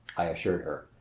i assured her.